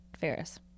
Ferris